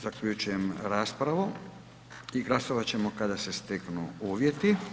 Zaključujem raspravu i glasovat ćemo kada se steknu uvjeti.